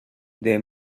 the